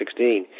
2016